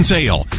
Sale